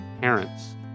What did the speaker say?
parents